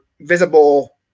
visible